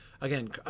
again